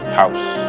house